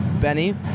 Benny